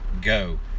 go